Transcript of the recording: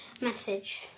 message